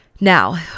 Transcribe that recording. now